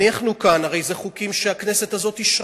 הרי אלה חוקים שהכנסת הזאת אישרה.